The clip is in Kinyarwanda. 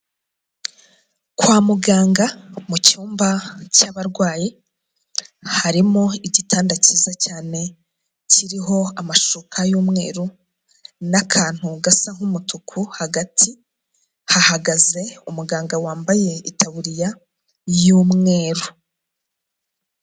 Kwa muganga mu cyumba cy'abarwayi harimo igitanda cyiza cyane, kiriho amashuka y'umweru n'akantu gasa nk'umutuku, hagati hahagaze umuganga wambaye itaburiya y'umweru.